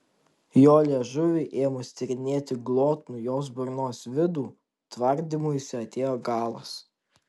jo liežuviui ėmus tyrinėti glotnų jos burnos vidų tvardymuisi atėjo galas